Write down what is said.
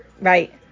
right